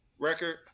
record